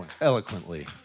eloquently